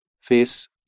face